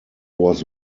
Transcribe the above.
was